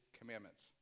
commandments